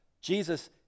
Jesus